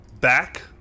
back